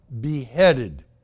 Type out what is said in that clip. beheaded